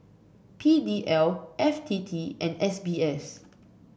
P D L F T T And S B S